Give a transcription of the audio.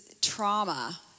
trauma